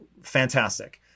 fantastic